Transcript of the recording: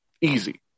easy